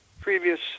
previous